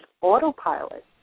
autopilot